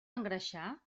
engreixar